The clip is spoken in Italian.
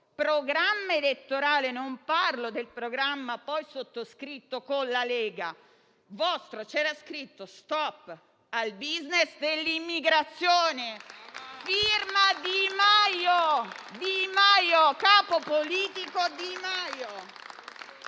programma elettorale - non parlo del programma poi sottoscritto con la Lega, ma del vostro - c'era scritto «*stop al business dell'immigrazione»,* a firma Di Maio, capo politico Di Maio.